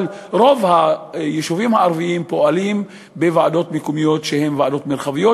אבל רוב היישובים הערביים פועלים בוועדות מקומיות שהן ועדות מרחביות,